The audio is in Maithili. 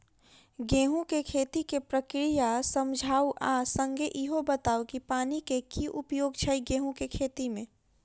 गेंहूँ केँ खेती केँ प्रक्रिया समझाउ आ संगे ईहो बताउ की पानि केँ की उपयोग छै गेंहूँ केँ खेती में?